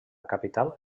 capital